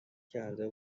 کرده